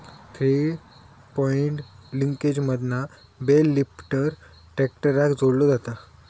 three point लिंकेजमधना bale lifter ट्रॅक्टराक जोडलो जाता